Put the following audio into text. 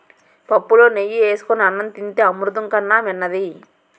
పుప్పులో నెయ్యి ఏసుకొని అన్నం తింతే అమృతం కన్నా మిన్నది